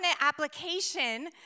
application